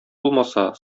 булмаса